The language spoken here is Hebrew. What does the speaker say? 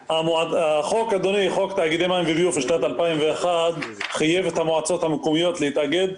חוק תאגידי מים וביוב משנת 2001 חייב את המועצות המקומית להתאגד,